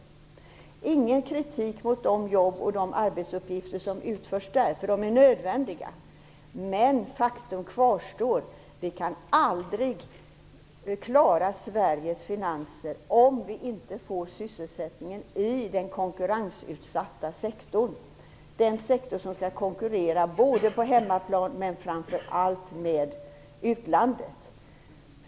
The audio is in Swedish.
Jag riktar ingen kritik mot de jobb och de arbetsuppgifter som utförs där. De är nödvändiga. Men faktum kvarstår: Vi kan aldrig klara Sveriges finanser om vi inte får ökad sysselsättning i den konkurrensutsatta sektorn. Det är den sektor som skall konkurrera på hemmaplan och framför allt med utlandet.